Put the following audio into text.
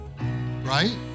right